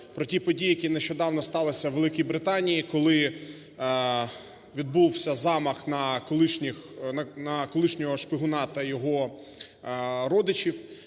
про ті події, які нещодавно сталися в Великій Британії, коли відбувся замах на колишніх… на колишнього шпигуна та його родичів,